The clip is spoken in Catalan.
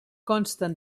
consten